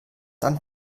dann